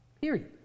Period